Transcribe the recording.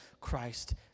Christ